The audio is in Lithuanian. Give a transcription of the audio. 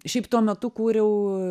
šiaip tuo metu kūriau